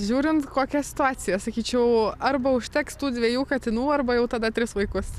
žiūrint kokia situacija sakyčiau arba užteks tų dviejų katinų arba jau tada tris vaikus